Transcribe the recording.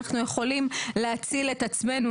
אנחנו יכולים להציל את עצמנו,